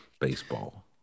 baseball